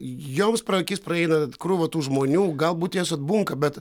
joms pro akis praeina krūva tų žmonių galbūt jos atbunka bet